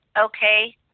okay